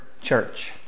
church